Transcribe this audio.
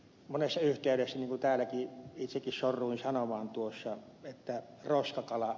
monessa yhteydessä täällä itsekin sorruin sanomaan että roskakala